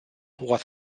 was